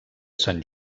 sant